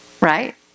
right